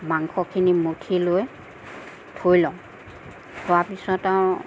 মাংসখিনি মঠি লৈ থৈ লওঁ থোৱাৰ পাছত আৰু